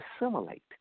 assimilate